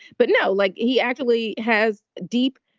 but no, like he actually has deep,